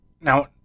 now